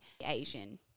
Asian